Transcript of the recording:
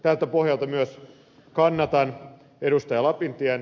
tältä pohjalta myös kannatan ed